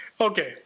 Okay